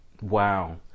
Wow